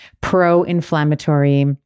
pro-inflammatory